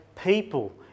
people